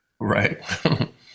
right